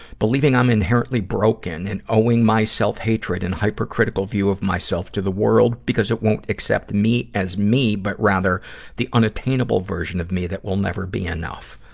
believing i'm inherently broken and owing my self-hatred and hyper-critical view of myself to the world because it won't accept me as me, but rather the unattainable version of me that will never be enough.